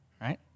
Right